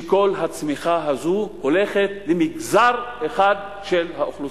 שכל הצמיחה הזאת הולכת למגזר אחד של האוכלוסייה.